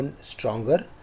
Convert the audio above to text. stronger